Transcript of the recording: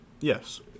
yes